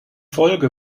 folge